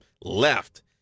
left